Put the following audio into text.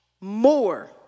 more